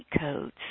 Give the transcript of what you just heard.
codes